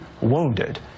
wounded